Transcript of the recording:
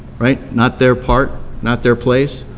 right, not their part, not their place.